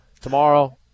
Tomorrow